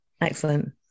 Excellent